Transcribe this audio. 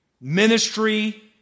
ministry